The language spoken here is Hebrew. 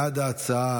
בעד ההצעה,